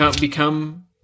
become